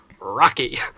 rocky